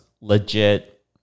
legit